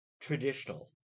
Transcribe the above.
traditional